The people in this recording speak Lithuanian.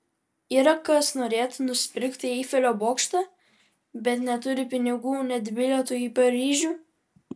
yra kas norėtų nusipirkti eifelio bokštą bet neturi pinigų net bilietui į paryžių